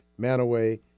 Manaway